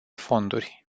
fonduri